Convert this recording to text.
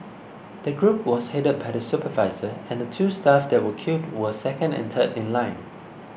the group was headed by the supervisor and the two staff that were killed were second and third in line